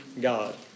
God